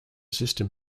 system